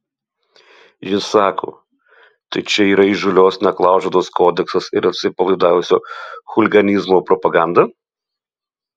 jis sako tai čia yra įžūlios neklaužados kodeksas ir atsipalaidavusio chuliganizmo propaganda